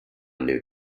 new